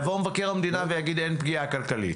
יבוא מבקר המדינה ויגיד: אין פגיעה כלכלית.